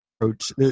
approach